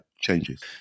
changes